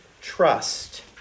trust